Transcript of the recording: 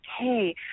Okay